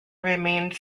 remained